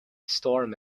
storm